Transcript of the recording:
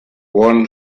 worn